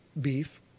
beef